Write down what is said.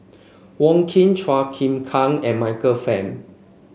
Wong Keen Chua Chim Kang and Michael Fam